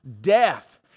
death